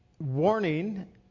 warning